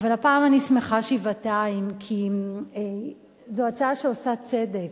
אבל הפעם אני שמחה שבעתיים, כי זו הצעה שעושה צדק.